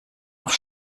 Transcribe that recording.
auf